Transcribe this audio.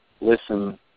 listen